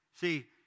See